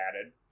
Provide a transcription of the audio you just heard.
added